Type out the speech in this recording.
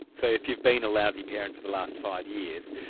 so if you'd been a lousy parents for the last five years,